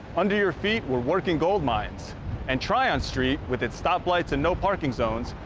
under your feet were working gold mines and tryon street, with its stoplights and no parking zones,